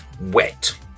Wet